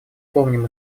помним